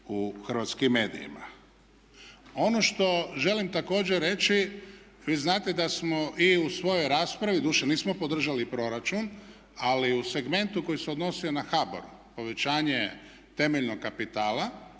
u hrvatskim medijima. Ono što želim također reći vi znate da smo i u svojoj raspravi, doduše nismo podržali proračun, ali u segmentu koji se odnosio na HBOR povećanje temeljnog kapitala